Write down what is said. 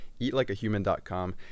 eatlikeahuman.com